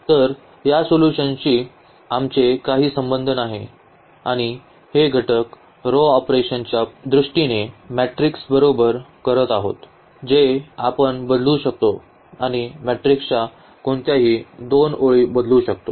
तर या सोल्यूशनशी आमचे काही संबंध नाही आणि हे घटक रो ऑपरेशन्सच्या दृष्टीने मेट्रिक्स बरोबर करत आहोत जे आपण बदलू शकतो आणि मॅट्रिक्सच्या कोणत्याही दोन ओळी बदलू शकतो